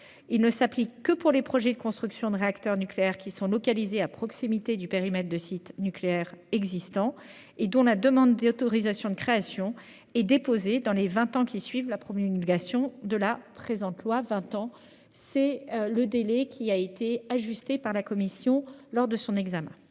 Il s'applique uniquement aux projets de construction de réacteurs nucléaires localisés à proximité du périmètre de sites nucléaires existants et dont la demande d'autorisation de création est déposée dans les vingt ans suivant la promulgation de la future loi. En effet, vingt ans, c'est le délai qui a été défini par la commission lors de l'examen